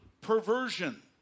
perversion